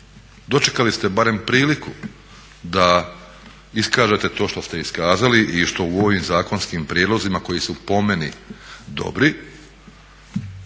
Dočekali ste barem priliku da iskažete to što ste iskazali i što u ovim zakonskim prijedlozima koji su po meni dobri,